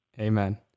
Amen